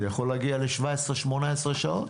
זה יכול להגיע ל-17, 18 שעות.